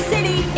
City